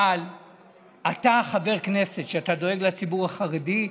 אבל אתה, חבר כנסת, שאתה דואג לציבור החרדי,